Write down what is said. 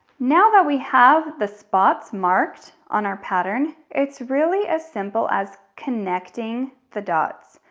now that we have the spots marked on our pattern, it's really as simple as connecting the dots.